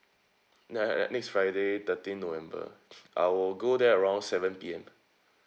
ya ya ya next friday thirteen november I will go there around seven P_M